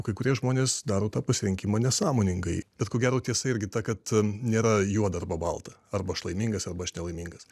kai kurie žmonės daro tą pasirinkimą nesąmoningai bet ko gero tiesa irgi ta kad nėra juoda arba balta arba aš laimingas arba aš nelaimingas